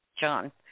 John